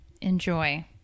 Enjoy